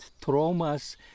traumas